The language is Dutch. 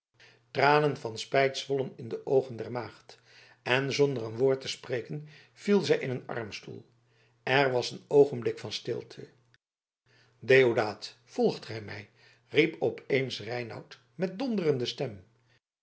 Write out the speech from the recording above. tranen van spijt zwollen in de oogen der maagd en zonder een woord te spreken viel zij in een armstoel er was een oogenblik van stilte deodaat volgt ge mij riep op eens reinout met een donderende stem